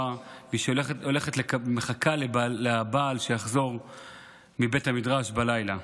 ושהיא מחכה לבעל שיחזור מבית המדרש בלילה.